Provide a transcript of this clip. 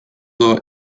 the